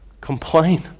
Complain